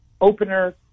opener